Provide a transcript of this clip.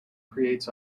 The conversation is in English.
creates